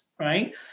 right